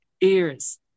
ears